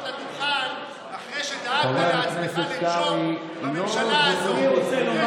לדוכן אחרי שדאגת לעצמך לג'וב בממשלה הזאת,